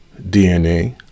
dna